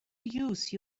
use